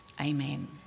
Amen